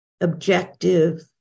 objective